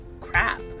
crap